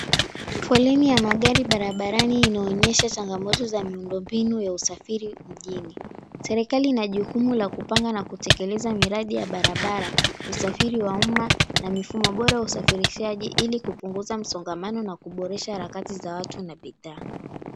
Foleni ya magari barabarani inaonyesha changamoto za miundombinu ya usafiri mjini. Serikali ina jukumu la kupanga na kutekeleza miradi ya barabara, usafiri wa umma na mifumo bora ya usafirishaji ili kupunguza msongamano na kuboresha harakati za watu na bidhaa.